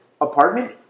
apartment